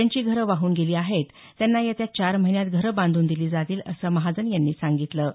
ज्यांची घरं वाहून गेली आहेत त्यांना येत्या चार महिन्यात घरं बांधून दिली जातील असं महाजन यांनी सांगितलं